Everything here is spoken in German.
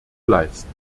leisten